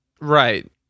Right